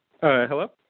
Hello